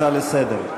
הצעה לסדר.